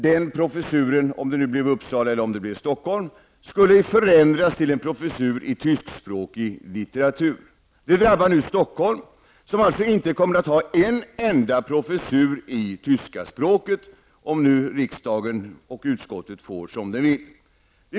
Detta skulle ske när innehavaren i Stockholm eller Uppsala gick i pension. Det drabbar nu Stockholm, som inte kommer att ha en enda professur i tyska språket om riksdagen och utskottet får som de vill.